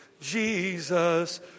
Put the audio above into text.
Jesus